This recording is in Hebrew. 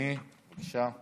אדוני, בבקשה.